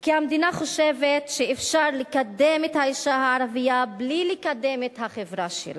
כי המדינה חושבת שאפשר לקדם את האשה הערבייה בלי לקדם את החברה שלה.